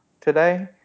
today